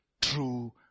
true